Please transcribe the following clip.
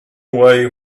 away